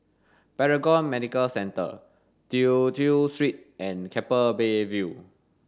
Paragon Medical Centre Tew Chew Street and Keppel Bay View